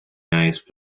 nice